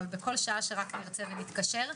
אבל בכל שעה שרק תרצה ותתקשר,